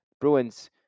Bruins